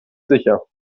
sicher